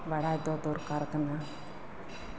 ᱵᱟᱲᱟᱭ ᱫᱚ ᱫᱚᱨᱠᱟᱨ ᱠᱟᱱᱟ